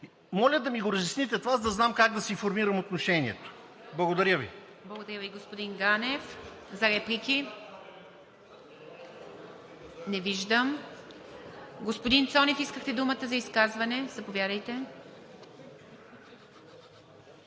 Моля да ми го разясните това, за да знам как да си формирам отношението. Благодаря Ви. ПРЕДСЕДАТЕЛ ИВА МИТЕВА: Благодаря Ви, господин Ганев. Реплики? Не виждам. Господин Цонев, искахте думата за изказване – заповядайте.